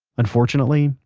unfortunately,